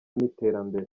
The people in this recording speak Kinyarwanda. n’iterambere